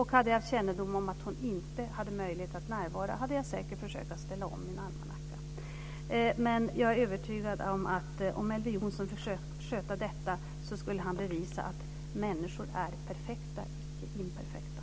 Hade jag haft kännedom om att hon inte hade möjlighet att närvara hade jag säkert försökt att ställa om min almanacka. Jag är övertygad om att om Elver Jonsson fick sköta detta skulle han bevisa att människor är perfekta, icke imperfekta.